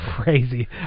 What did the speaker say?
crazy